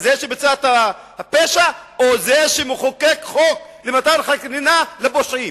זה שביצע את הפשע או זה שמחוקק חוק למתן חנינה לפושעים?